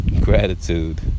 Gratitude